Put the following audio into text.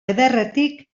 ederretik